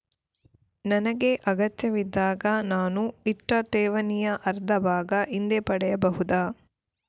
ನನಗೆ ಅಗತ್ಯವಿದ್ದಾಗ ನಾನು ಇಟ್ಟ ಠೇವಣಿಯ ಅರ್ಧಭಾಗ ಹಿಂದೆ ಪಡೆಯಬಹುದಾ?